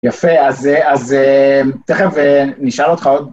יפה, אז תכף נשאל אותך עוד.